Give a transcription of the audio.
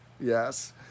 Yes